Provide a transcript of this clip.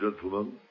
gentlemen